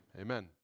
Amen